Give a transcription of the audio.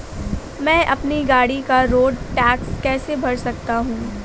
मैं अपनी गाड़ी का रोड टैक्स कैसे भर सकता हूँ?